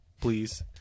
please